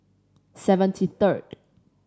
seventy third